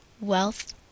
wealth